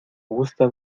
gusta